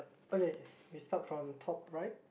oh yea yea we stop from top right